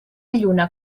lluna